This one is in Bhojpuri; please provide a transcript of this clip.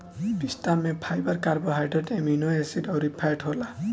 पिस्ता में फाइबर, कार्बोहाइड्रेट, एमोनो एसिड अउरी फैट होला